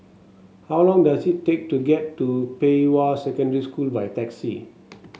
how long does it take to get to Pei Hwa Secondary School by taxi